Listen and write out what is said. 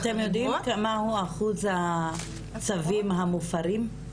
אתם יודעים מהו אחוז הצווים המופרים?